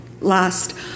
last